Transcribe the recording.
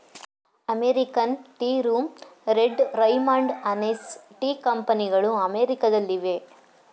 American Tea Room, Red Raymond, Hanes Tee ಕಂಪನಿಗಳು ಅಮೆರಿಕದಲ್ಲಿವೆ